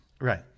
Right